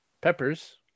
peppers